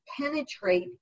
penetrate